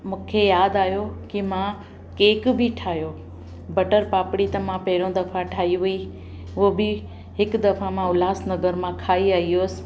मूंखे यादि आहियो की मां केक बि ठाहियो बटर पापड़ी त मां पहिरों दफ़ा ठाही हुई उहो बि हिकु दफ़ा मां उल्हासनगर मां खाई आई हुअसि